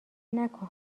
نکن